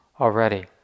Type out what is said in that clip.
already